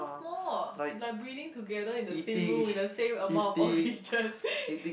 how small like breathing together in the same room with the same amount of oxygen